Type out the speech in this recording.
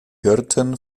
hirten